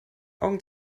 augen